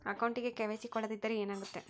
ಅಕೌಂಟಗೆ ಕೆ.ವೈ.ಸಿ ಕೊಡದಿದ್ದರೆ ಏನಾಗುತ್ತೆ?